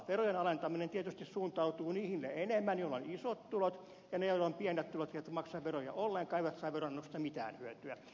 verojen alentaminen tietysti suuntautuu niille enemmän joilla on isot tulot ja ne joilla on pienet tulot ja jotka eivät maksa veroja ollenkaan eivät saa veronalennuksesta mitään hyötyä